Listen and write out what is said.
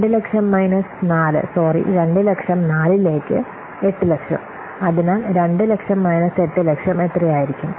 200000 minus 4 sorry 200000 4 ലേക്ക് 800000 അതിനാൽ 200000 minus 800000 എത്രയായിരിക്കും